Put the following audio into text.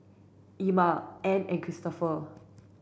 Emma Ann and Cristopher